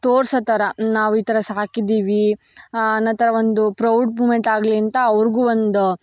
ತೋರಿಸೋ ಥರ ನಾವು ಈ ಥರ ಸಾಕಿದ್ದೀವಿ ಅನ್ನೋ ಥರ ಒಂದು ಪ್ರೌಡ್ ಮೂಮೆಂಟ್ ಆಗಲಿ ಅಂತ ಅವ್ರಿಗೂ ಒಂದು